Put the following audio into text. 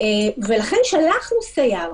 ולכן שלחנו סייר.